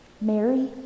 Mary